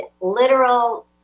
literal